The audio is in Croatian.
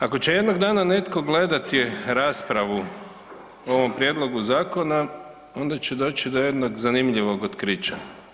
Ako će jednog dana netko gledati raspravu o ovom prijedlogu zakona onda će doći do jednog zanimljivog otkrića.